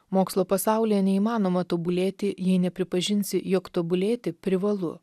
mokslo pasaulyje neįmanoma tobulėti jei nepripažinsi jog tobulėti privalu